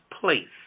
place